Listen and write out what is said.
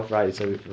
mmhmm